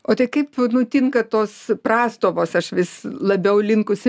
o tai kaip nutinka tos prastovos aš vis labiau linkusi